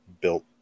built